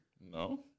No